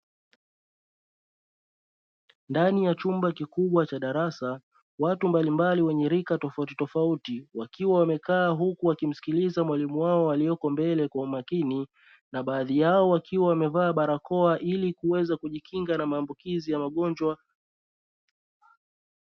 Ndani ya chumba kikubwa cha darasa watu mbalimbali wenye rika tofauti tofauti wakiwa wamekaa huku wakimsikiliza mwalimu wao aliyeko mbele kwa umakini na baadhi yao wakiwa wamevalia barakoa ili kuweza kujikinga na maambukizi ya magonjwa.